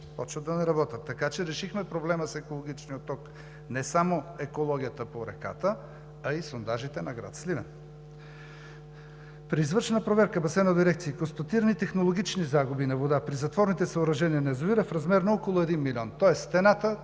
започват да не работят. Така че решихме проблема с екологичния отток – не само екологията по реката, а и сондажите на град Сливен. При извършена проверка – Басейнова дирекция, и констатирани технологични загуби на вода при затворните съоръжения на язовира в размер на около 1 милион, тоест стената